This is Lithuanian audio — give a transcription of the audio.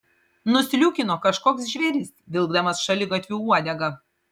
nusliūkino kažkoks žvėris vilkdamas šaligatviu uodegą